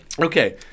Okay